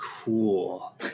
Cool